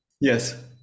Yes